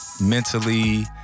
mentally